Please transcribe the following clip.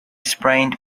sprained